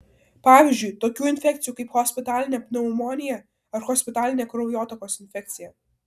pavyzdžiui tokių infekcijų kaip hospitalinė pneumonija ar hospitalinė kraujotakos infekcija